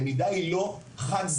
למידה היא לא חד-צדדית,